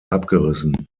abgerissen